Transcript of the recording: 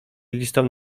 listom